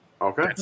Okay